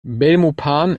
belmopan